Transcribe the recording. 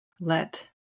let